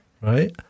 Right